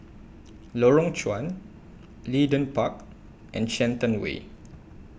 Lorong Chuan Leedon Park and Shenton Way